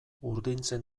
urdintzen